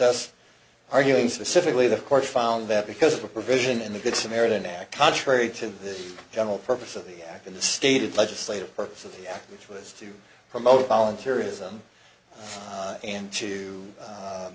us arguing specifically the court found that because of a provision in the good samaritan act contrary to the general purpose of the act in the stated legislative purpose of which was to promote volunteerism and to